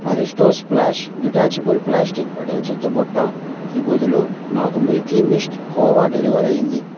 Aristo splash detachable plastic pedal చెత్తబుట్టకి బదులు నాకు మిల్కీ మిస్ట్ కోవా డెలివర్ అయ్యింది